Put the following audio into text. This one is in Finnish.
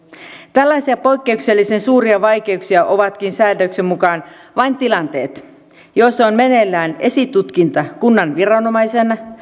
tällaisia poikkeuksellisen suuria vaikeuksia ovatkin säädöksen mukaan vain tilanteet joissa on meneillään esitutkinta kunnan viranomaisen